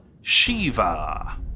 *Shiva*